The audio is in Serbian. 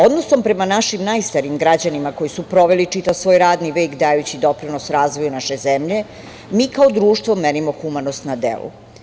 Odnosom prema našim najstarijim građanima, koji su proveli čitav svoj radni vek dajući doprinos razvoju naše zemlje, mi kao društvo merimo humanost na delu.